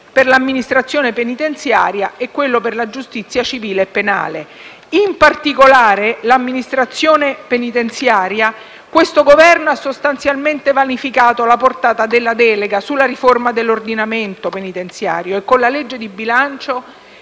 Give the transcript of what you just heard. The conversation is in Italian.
per l'amministrazione penitenziaria e quello riguardante la giustizia civile e penale; per quanto riguarda, in particolare, l'amministrazione penitenziaria il Governo ha sostanzialmente vanificato la portata della delega sulla riforma dell'ordinamento penitenziario, e con la legge di bilancio